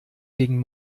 gegen